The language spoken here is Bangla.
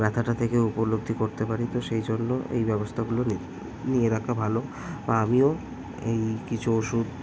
ব্যথাটা থেকে উপলব্ধি করতে পারি তো সেই জন্য এই ব্যবস্থাগুলো নিই নিয়ে রাখা ভালো বা আমিও এই কিছু ওষুধ